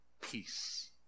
peace